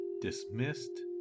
dismissed